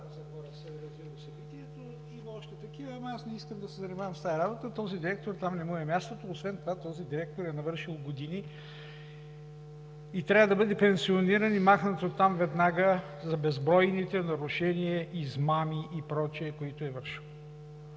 се е развило в Стара Загора. Има още такива, но аз не искам да се занимавам с тази работа. На този директор не му е там мястото. Освен това този директор е навършил години и трябва да бъде пенсиониран и махнат оттам веднага за безбройните нарушения, измами и прочие, които е вършил.